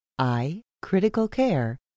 iCriticalcare